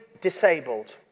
disabled